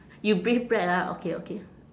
you breathe bread ah okay okay